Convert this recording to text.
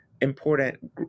important